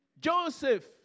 Joseph